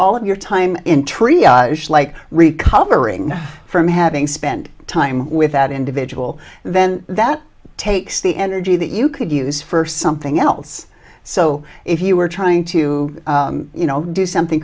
like recovering from having spent time with that individual then that takes the energy that you could use for something else so if you were trying to you know do something